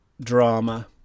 drama